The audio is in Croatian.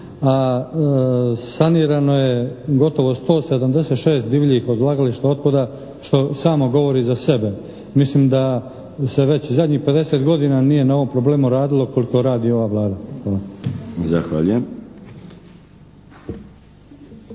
a sanirano je gotovo 176 divljih odlagališta otpada što samo govori za sebe. Mislim da se već zadnjih 50 godina nije na ovom problemu radilo koliko radi ova Vlada. Hvala.